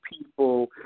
people